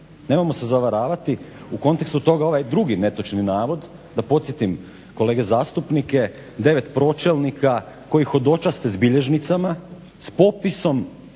Nemojmo se zavaravati u kontekstu toga je ovaj drugi netočni navod, da podsjetim kolege zastupnike 9 pročelnika koji hodočaste s bilježnicama s popisom